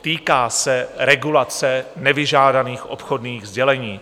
Týká se regulace nevyžádaných obchodních sdělení.